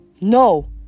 No